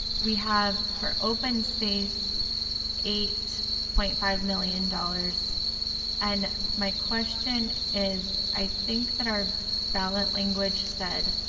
we have for open space eight point five million dollars and my question is i think that our ballot language said